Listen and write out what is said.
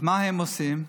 אז מה הם עושים?